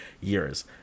years